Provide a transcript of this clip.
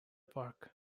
park